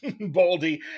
Baldy